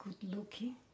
good-looking